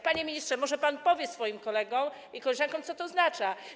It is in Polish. Panie ministrze, może pan powie swoim kolegom i koleżankom, co to oznacza.